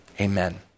Amen